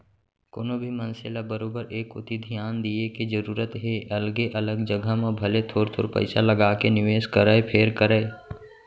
कोनो भी मनसे ल बरोबर ए कोती धियान दिये के जरूरत हे अलगे अलग जघा म भले थोर थोर पइसा लगाके निवेस करय फेर करय